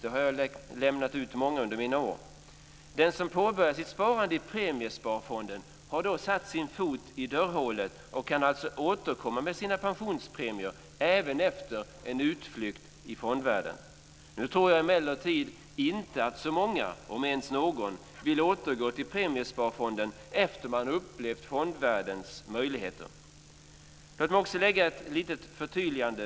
Det har jag lämnat ut till många under mina år. Den som påbörjar sitt sparande i Premiesparfonden har satt sin fot i dörrhålet och kan alltså återkomma med sina pensionspremier även efter en utflykt i fondvärlden. Nu tror jag emellertid inte att så många, om ens någon, vill återgå till Premiesparfonden efter det att de har upplevt fondvärldens möjligheter. Låt mig också göra ett litet förtydligande.